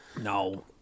No